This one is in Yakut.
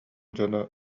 дьоно